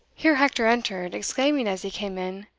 here hector entered, exclaiming as he came in,